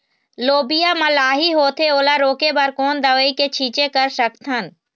लोबिया मा लाही होथे ओला रोके बर कोन दवई के छीचें कर सकथन?